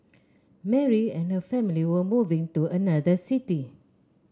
Mary and her family were moving to another city